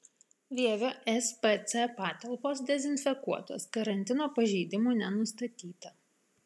vievio spc patalpos dezinfekuotos karantino pažeidimų nenustatyta